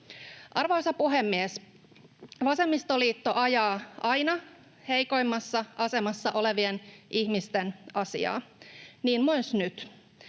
Arvoisa puhemies! Vasemmistoliitto ajaa aina heikoimmassa asemassa olevien ihmisten asiaa — niin myös nyt.